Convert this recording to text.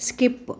skip